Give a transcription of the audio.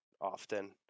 often